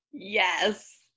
Yes